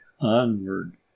onward